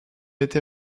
été